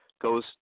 goes